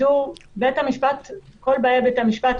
כל באי בית המשפט,